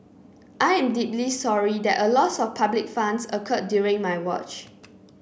I am deeply sorry that a loss of public funds occurred during my watch